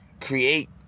Create